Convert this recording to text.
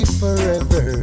forever